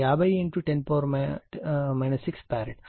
కాబట్టి 50 10 6 ఫారడ్ 2π 100